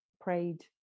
prayed